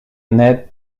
net